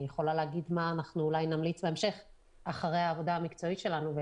אני יכולה להגיד מה אנחנו אולי נמליץ בהמשך אחרי העבודה המקצועית שלנו,